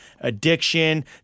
addiction